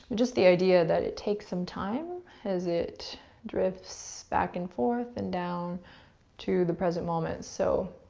just the idea that it takes some time as it drifts back and forth and down to the present moment. so